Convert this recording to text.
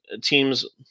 teams